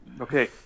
okay